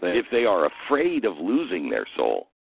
if they are afraid of losing their soul,